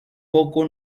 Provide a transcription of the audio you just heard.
poco